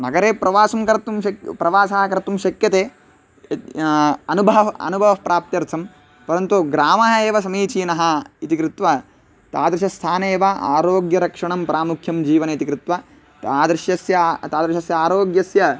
नगरे प्रवासं कर्तुं शक् प्रवासः कर्तुं शक्यते यत् अनुभवः अनुभवः प्राप्त्यर्थं परन्तु ग्रामः एव समीचीनः इति कृत्वा तादृशस्थाने एव आरोग्यरक्षणं प्रामुख्यं जीवने इति कृत्वा तादृशस्य तादृशस्य आरोग्यस्य